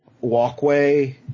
walkway